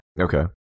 Okay